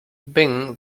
byng